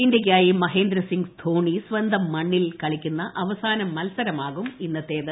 ഇന്ത്യയ്ക്കായി മഹേന്ദ്രസിംഗ് ധോണി ് സ്വന്തം മണ്ണിൽ കളിക്കുന്ന അവസാന മത്സരമാകും ഇന്നത്തേത്